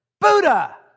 Buddha